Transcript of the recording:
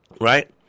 right